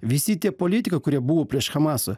visi tie politikai kurie buvo prieš hamasą